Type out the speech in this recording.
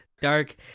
dark